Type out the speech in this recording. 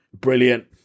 Brilliant